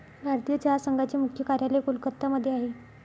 भारतीय चहा संघाचे मुख्य कार्यालय कोलकत्ता मध्ये आहे